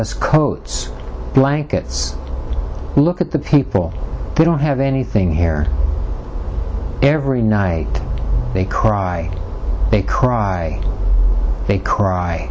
us coats blankets look at the people they don't have anything here every night they cry they cry they cry